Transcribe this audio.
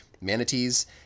manatees